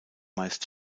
meist